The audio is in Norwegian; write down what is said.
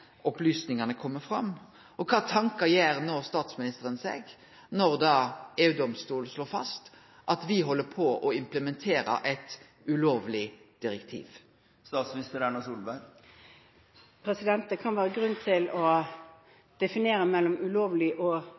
opplysningane kome fram. Mitt spørsmål blir: Kva for tankar gjer statsministeren seg når EU-domstolen no slår fast at me held på med å implementere eit ulovleg direktiv? Det kan være grunn til å distingvere mellom «ulovlig» og